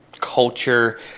culture